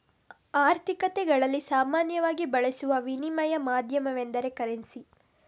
ಆರ್ಥಿಕತೆಗಳಲ್ಲಿ ಸಾಮಾನ್ಯವಾಗಿ ಬಳಸುವ ವಿನಿಮಯ ಮಾಧ್ಯಮವೆಂದರೆ ಕರೆನ್ಸಿ